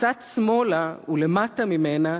קצת שמאלה ולמטה ממנה,